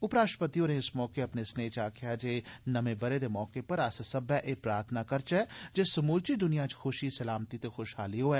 उपराष्ट्रपति होरें इस मौके अपने सनेह् च आक्खेआ जे नमें ब'रे दे मौके पर अस सब्बै एह् प्रार्थना करचै जे समूलची दुनिया च खुशी सलामती ते खुशहाली होऐ